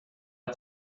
att